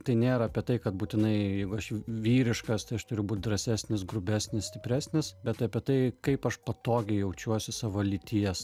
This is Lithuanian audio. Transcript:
tai nėra apie tai kad būtinai jeigu aš vyriškas tai aš turiu būt drąsesnis grubesnis stipresnis bet apie tai kaip aš patogiai jaučiuosi savo lyties